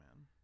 man